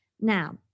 Now